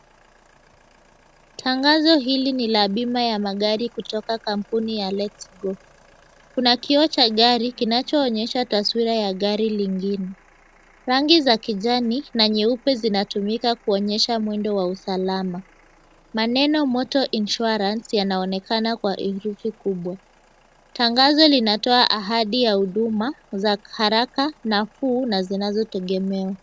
Tangazo hili ni la bima ya magari kutoka kwa kampuni ya LetsGo. kuna kioo cha gari kinachoonyesha taswira ya gari lingine. Rangi za kijani na nyeupe zinatumika kuonyesha mwendo wa usalama. Maneno "Motor Insurance" yanaonekana kwa herufi kubwa. Tangazo linatoa ahadi ya huduma za haraka na kuu na zinazotegemewa.